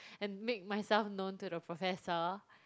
and make myself known to the professor